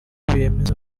biyemeza